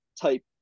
type